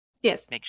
Yes